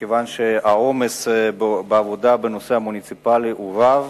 מאחר שעומס העבודה בנושא המוניציפלי הוא רב